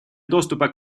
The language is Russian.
доступа